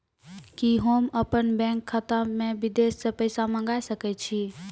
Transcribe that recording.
कि होम अपन बैंक खाता मे विदेश से पैसा मंगाय सकै छी?